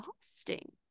exhausting